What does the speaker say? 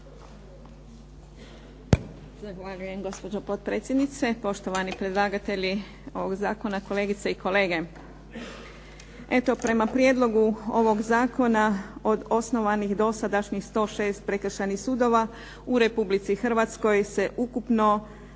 Zahvaljujem. Gospođo potpredsjedniče, poštovani predlagatelji ovog zakona, kolegice i kolege. Eto, prema prijedlogu ovog zakona od osnovanih dosadašnjih 116 prekršajnih sudova u Republici Hrvatskoj se ukupno